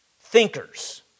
thinkers